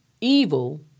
evil